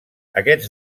aquests